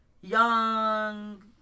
young